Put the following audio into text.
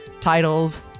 titles